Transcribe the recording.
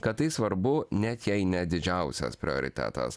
kad tai svarbu net jei ne didžiausias prioritetas